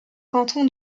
canton